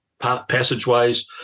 passageways